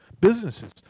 businesses